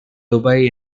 dubai